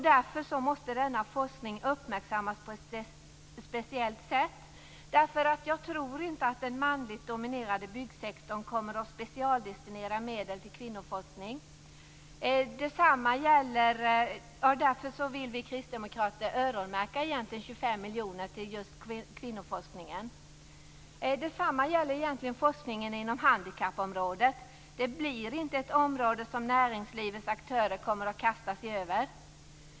Därför måste denna forskning uppmärksammas på ett speciellt sätt. Jag tror inte att den manligt dominerade byggsektorn kommer att specialdestinera medel till kvinnoforskning. Därför vill vi kristdemokrater öronmärkta 25 Detsamma gäller forskningen inom handikappområdet. Det blir inte ett område som näringslivets aktörer kommer att kasta sig över.